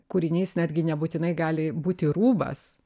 kūrinys netgi nebūtinai gali būti rūbas